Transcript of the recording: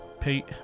Pete